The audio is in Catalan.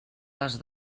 les